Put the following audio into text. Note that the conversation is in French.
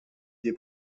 des